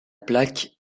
plaque